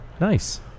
Nice